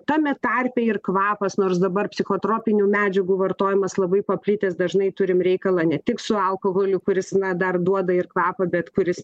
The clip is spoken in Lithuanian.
tame tarpe ir kvapas nors dabar psichotropinių medžiagų vartojimas labai paplitęs dažnai turim reikalą ne tik su alkoholiniu kuris na dar duoda ir kvapą bet kuris